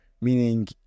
meaning